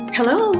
Hello